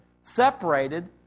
separated